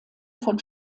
von